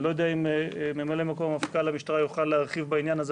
אני לא יודע אם ממלא מקום מפכ"ל המשטרה יוכל להרחיב על זה,